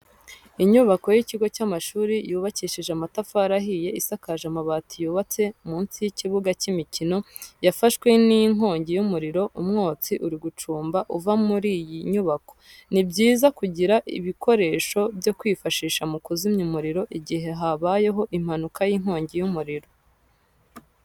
Inyubako y'ikigo cy'amashuri yubakishije amatafari ahiye isakaje amabati yubatse munsi y'ikibuga cy'imikino yafashwe n'inkongi y'umuriro, umwotsi uri gucumba uva muri iyi nyubako. Ni byiza kugira ibikoresho byo kwifashisha mu kuzimya umuriro igihe habayeho impanuka y'inkongi y'umuriro.